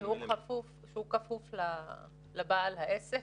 שהוא כפוף לבעל העסק,